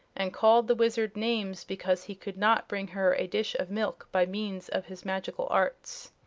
and called the wizard names because he could not bring her a dish of milk by means of his magical arts.